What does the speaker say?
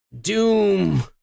Doom